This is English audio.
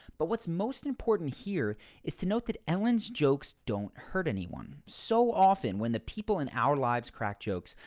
but what's most important here is to note that ellen's jokes don't hurt anyone. so often when the people in our lives crack jokes,